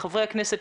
לחברי הכנסת,